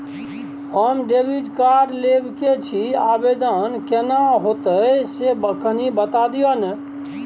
हम debit card लेब के छि, आवेदन केना होतै से कनी बता दिय न?